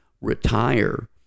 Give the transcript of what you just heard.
retire